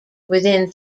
within